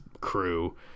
crew